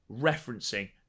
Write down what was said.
referencing